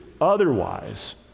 otherwise